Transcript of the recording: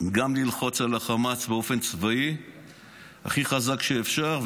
גם ללחוץ על החמאס באופן צבאי הכי חזק שאפשר,